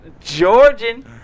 Georgian